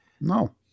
No